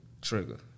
Trigger